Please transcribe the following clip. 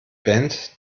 band